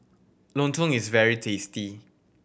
Lontong is very tasty